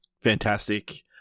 fantastic